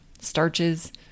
starches